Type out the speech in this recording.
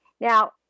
Now